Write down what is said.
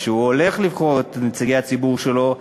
כשהוא הולך לבחור את נציגי הציבור שלו,